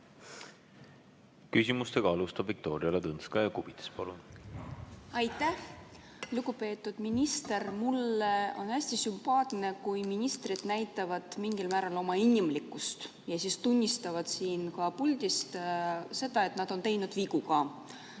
Küsimusi alustab Viktoria Ladõnskaja-Kubits. Palun! Aitäh, lugupeetud minister! Mulle on hästi sümpaatne, kui ministrid näitavad mingil määral üles oma inimlikkust ja tunnistavad ka puldist seda, et nad on teinud vigu.